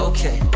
Okay